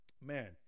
man